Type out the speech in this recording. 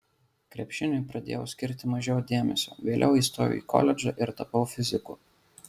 krepšiniui pradėjau skirti mažiau dėmesio vėliau įstojau į koledžą ir tapau fiziku